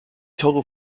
total